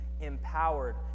empowered